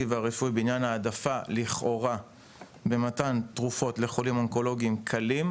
והרפואי בעניין העדפה לכאורה במתן תרופות לחולים אונקולוגיים קלים,